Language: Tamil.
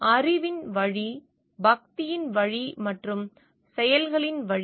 அறிவின் வழி பக்தியின் வழி மற்றும் செயல்களின் வழி